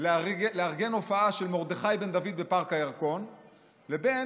לארגן הופעה של מרדכי בן דוד בפארק הירקון לבין